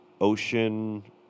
ocean